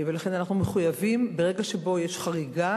לכן אנחנו מחויבים, ברגע שיש חריגה